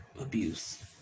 abuse